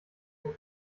auf